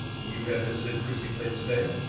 you have visited christie place to-day?